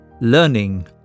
learning